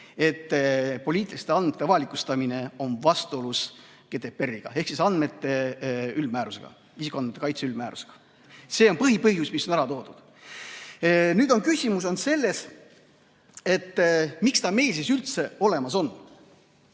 et poliitiliste andmete avalikustamine on vastuolus GDPR-iga ehk isikuandmete kaitse üldmäärusega. See on põhipõhjus, mis on ära toodud. Nüüd on küsimus selles, miks ta meil siis üldse olemas on.